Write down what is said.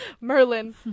Merlin